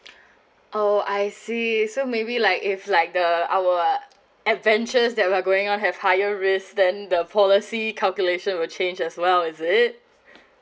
oo I see so maybe like if like the our adventures that we're going on have higher risk then the policy calculation will change as well is it